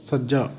ਸੱਜਾ